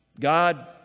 God